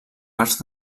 parts